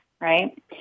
right